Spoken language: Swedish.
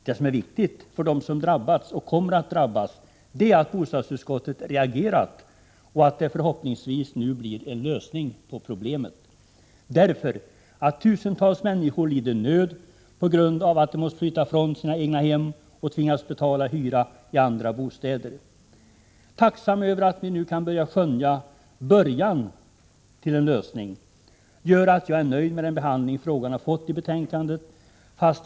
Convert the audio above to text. Det som är viktigt för dem som drabbats och kommer att drabbas är att bostadsutskottet reagerat och att det förhoppningsvis nu blir en lösning på problemet. Tusentals människor lider nöd på grund av att de måste flytta ifrån sina egna hem och tvingas betala hyra i andra bostäder. Jag är tacksam för att vi nu kan skönja början till en lösning, och jag är nöjd med den behandling frågan har fått i betänkandet.